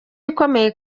ikomeye